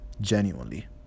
genuinely